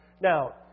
Now